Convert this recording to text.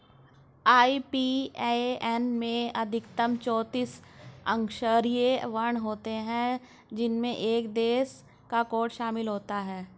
IBAN में अधिकतम चौतीस अक्षरांकीय वर्ण होते हैं जिनमें एक देश कोड शामिल होता है